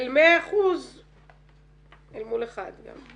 אל 100% אל מול אחד גם.